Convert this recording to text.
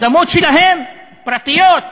אדמות שלהם, פרטיות.